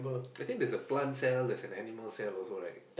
I think there's a plant cell there's an animal cell also right